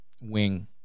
wing